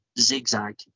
zigzag